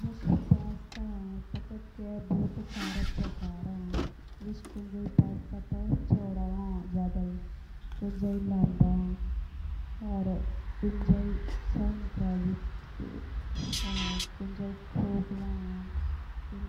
जो पास्ता हो तो बहुत ही टिप का हो। मोटा पताला चोदा खोकला या भरा हुआ। सबसे बड़ा स्वाद बोरिएओ गैसोलीन उत्पादन। जो जेहू के पत्ते ले रो